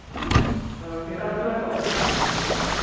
ᱦᱳᱭ ᱥᱮᱛᱟ ᱵᱟᱯᱞᱟ ᱠᱚ